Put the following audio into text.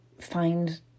find